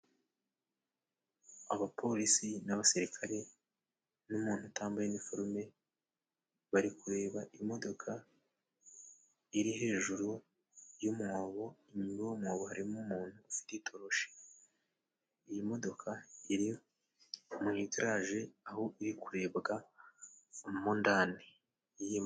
Abapolisi n'abasirikare n'umuntu utambaye iniforume bari kureba imodoka iri hejuru y'umwobo. Muri uwo mwobo harimo umuntu ufite itoroshi, iyi modoka iri mu igaraje, aho iri kurebwamo ndani.